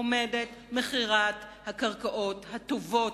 עומדת מכירת הקרקעות הטובות,